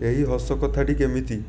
ଏହି ହସ କଥାଟି କେମିତି